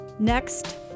Next